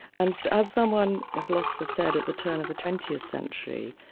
and so as someone, a philosopher, said at the turn of the twentieth century,